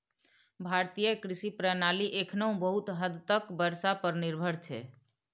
भारतीय कृषि प्रणाली एखनहुँ बहुत हद तक बर्षा पर निर्भर छै